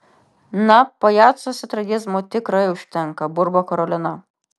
na pajacuose tragizmo tikrai užtenka burba karolina